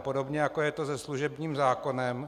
Podobně jako je to se služebním zákonem.